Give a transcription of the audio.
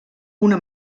una